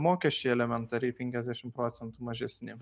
mokesčiai elementariai penkiasdešim procentų mažesni